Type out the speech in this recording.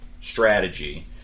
strategy